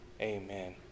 Amen